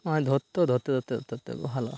মাছ ধরত ধরতে ধরতে ধরতে ধরতে ভালো